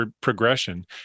progression